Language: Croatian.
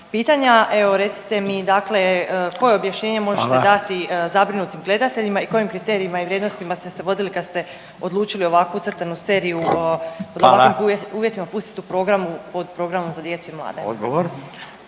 pitanja, evo recite mi dakle koje objašnjenje možete dati zabrinutim gledateljima … …/Upadica Radin: Hvala./… … i kojim kriterijima i vrijednostima ste se vodili kad ste odlučili ovakvu crtanu seriju u ovakvim uvjetima pustiti u program pod programom za djecu i mlade.